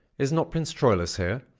is not prince troilus here?